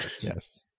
Yes